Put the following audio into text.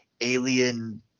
alien